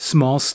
Small